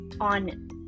on